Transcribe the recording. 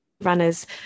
runners